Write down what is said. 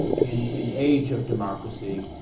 in in age of democracy,